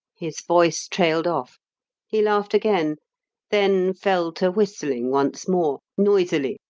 his voice trailed off he laughed again then fell to whistling once more noisily,